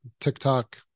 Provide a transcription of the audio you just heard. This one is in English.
TikTok